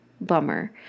Bummer